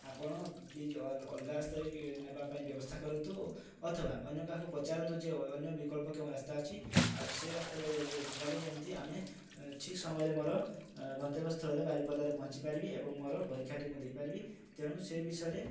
ଆପଣ ପ୍ଳିଜ୍ ଅଲଗା ରାସ୍ତାରେ କି ନେବା ପାଇଁ ବ୍ୟବସ୍ଥା କରନ୍ତୁ ଅଥବା ଅନ୍ୟ କାହାକୁ ପଚାରନ୍ତୁ ଯେ ଅନ୍ୟ ବିକଳ୍ପ କେଉଁ ରାସ୍ତା ଅଛି ଆଉ ସେ ରାସ୍ତାରେ ଗଲେ ଯେମିତି ଆମେ ଠିକ୍ ସମୟରେ ମୋର ଗନ୍ତବ୍ୟସ୍ଥଳରେ ବାରିପଦାରେ ପହଞ୍ଚିପାରିବି ଏବଂ ମୋର ପରୀକ୍ଷାଟି ମୁଁ ଦେଇପାରିବି ତେଣୁ ସେ ବିଷୟରେ